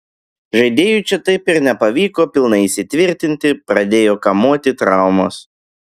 žaidėjui čia taip ir nepavyko pilnai įsitvirtinti pradėjo kamuoti traumos